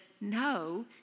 no